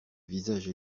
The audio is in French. visage